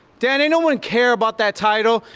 dan, ain't no one care about that title.